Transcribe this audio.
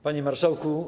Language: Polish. Panie Marszałku!